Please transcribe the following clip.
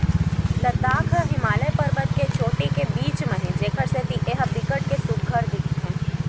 लद्दाख ह हिमालय परबत के चोटी के बीच म हे जेखर सेती ए ह बिकट के सुग्घर दिखथे